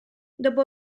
dopo